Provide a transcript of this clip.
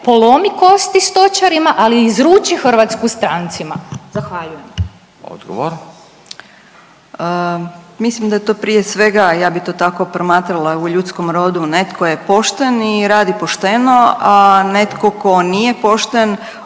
polomi kosti stočarima, ali izruči Hrvatsku strancima, zahvaljujem. **Radin, Furio (Nezavisni)** Odgovor. **Magaš, Dunja** Mislim da je to prije svega, ja bi to tako promatrala, u ljudskom rodu, netko je pošten i radi pošteno, a netko tko nije pošten